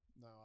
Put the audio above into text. no